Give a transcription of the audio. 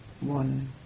one